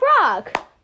rock